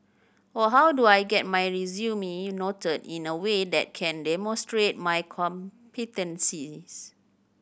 or how do I get my resume noted in a way that can demonstrate my competencies